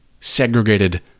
segregated